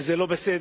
שזה לא בסדר,